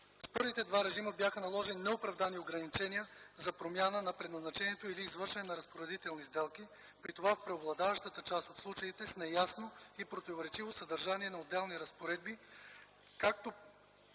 С първите два режима бяха наложени неоправдани ограничения за промяна на предназначението или извършване на разпоредителни сделки, при това в преобладаващата част от случаите – с неясно и противоречиво съдържание на отделни разпоредби, както